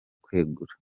kwegura